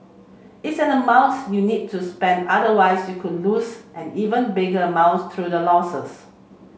it's an amount you need to spend otherwise you could lose an even bigger amounts through the losses